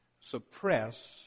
suppress